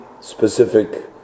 specific